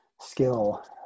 skill